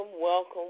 welcome